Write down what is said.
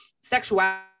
sexuality